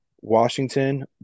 Washington